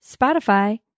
Spotify